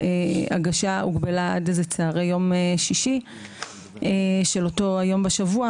ההגשה הוגבלה עד איזה צוהרי יום שישי של אותו היום בשבוע,